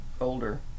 older